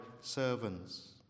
servants